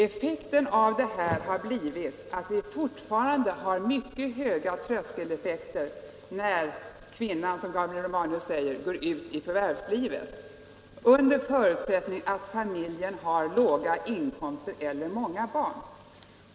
Effekten av detta har blivit att vi fortfarande har mycket höga tröskeleffekter när kvinnan — som Gabriel Romanus säger — går ut i förvärvslivet, under förutsättning att familjen har låga inkomster eller många barn.